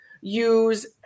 use